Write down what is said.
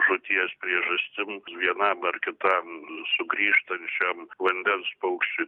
žūties priežastim vienam ar kitam sugrįžtančiam vandens paukščiui